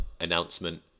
announcement